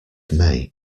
may